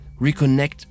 reconnect